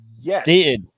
yes